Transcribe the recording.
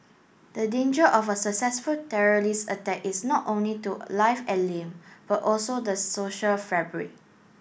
the danger of a successful terrorist attack is not only to life and limb but also the social fabric